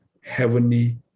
heavenly